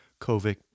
COVID